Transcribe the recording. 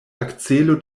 akcelo